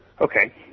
Okay